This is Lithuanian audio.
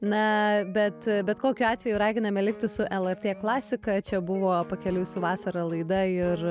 na bet bet kokiu atveju raginame likti su lrt klasika čia buvo pakeliui su vasara laida ir